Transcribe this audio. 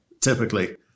typically